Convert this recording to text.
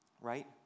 right